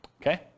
Okay